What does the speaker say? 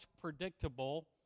predictable